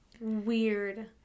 weird